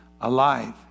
alive